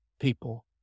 people